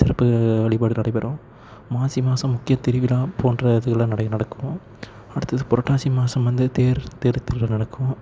சிறப்பு வழிபாடு நடைபெறும் மாசி மாதம் முக்கியத் திருவிழா போன்ற திருவிழா நடை நடக்கும் அடுத்தது புரட்டாசி மாதம் வந்து தேர் தேர்த் திருவிழா நடக்கும்